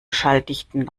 schalldichten